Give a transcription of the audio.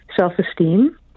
self-esteem